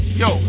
yo